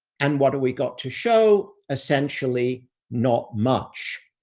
and what are we got to show? essentially not much.